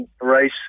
race